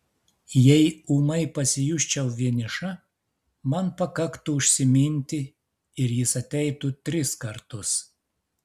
jei ūmai pasijusčiau vieniša man pakaktų užsiminti ir jis ateitų tris kartus